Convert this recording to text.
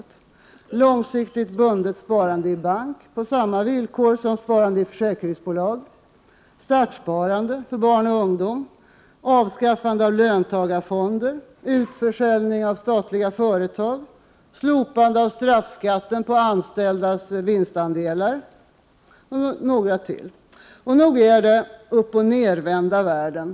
Det handlar då om långsiktigt bundet sparande i bank på samma villkor som sparande i försäkringsbolag, startsparande för barn och ungdom, avskaffandet av löntagarfonder, utförsäljning av statliga företag, slopande av straffskatten på anställdas vinstandelar m.m. Nog är det uppochnedvända världen.